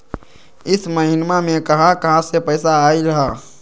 इह महिनमा मे कहा कहा से पैसा आईल ह?